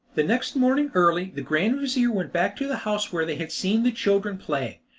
the next morning early, the grand-vizir went back to the house where they had seen the children playing,